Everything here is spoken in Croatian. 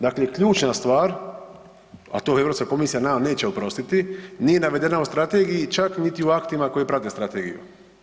Dakle, ključna stvar a to Europska komisija nama neće oprostiti, nije navedena u strategiji, čak ni u aktima koji prate strategiju.